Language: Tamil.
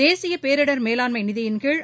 தேசிய பேரிடர் மேலாண்மை நிதியின்கீழ்